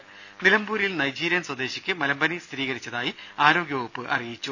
രുമ നിലമ്പൂരിൽ നൈജീരിയൻ സ്വദേശിക്ക് മലമ്പനി സ്ഥിരീകരിച്ചതായി ആരോഗ്യ വകുപ്പ് അറിയിച്ചു